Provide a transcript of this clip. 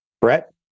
Brett